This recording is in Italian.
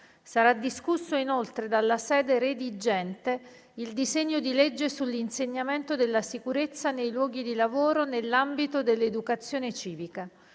Sarà discusso inoltre, dalla sede redigente, il disegno di legge sull'insegnamento della sicurezza nei luoghi di lavoro nell'ambito dell'educazione civica.